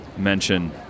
mention